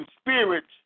spirits